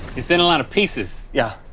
it's in a lot of pieces. yeah.